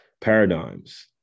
paradigms